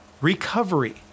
Recovery